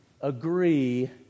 Agree